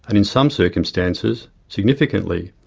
and in some circumstances, significantly.